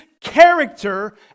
character